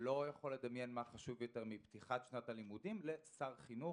לא יכול לחשוב מה חשוב יותר מפתיחת שנת הלימודים לשר חינוך.